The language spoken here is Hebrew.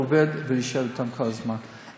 עובד ויושב אתם כל הזמן.